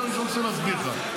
זה מה שאני רוצה להסביר לך.